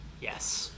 Yes